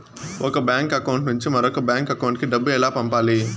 ఒక bank account నుంచి మరొక బ్యాంకు అకౌంట్ కు డబ్బు ఎలా పంపాలి